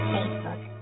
Facebook